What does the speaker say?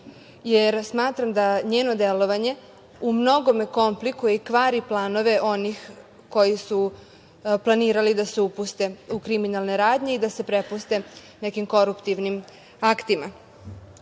jer smatram da njeno delovanje u mnogome komplikuje i kvari planove onih koji su planirali da se upuste u kriminalne radnje i da se prepuste nekim koruptivnim aktima. Naime,